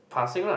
passing lah